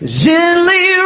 gently